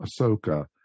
Ahsoka